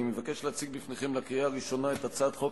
אני מבקש להציג בפניכם לקריאה הראשונה את הצעת חוק